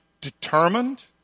Determined